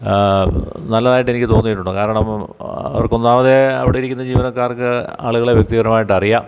നല്ലതായിട്ടെനിക്ക് തോന്നിയിട്ടുണ്ട് കാരണം അവർക്കൊന്നാമതേ അവിടെയിരിക്കുന്ന ജീവനക്കാർക്ക് ആളുകളെ വ്യക്തിപരമായിട്ടറിയാം